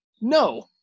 No